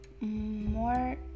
more